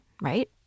right